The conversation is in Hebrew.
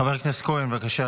חבר הכנסת כהן, בבקשה,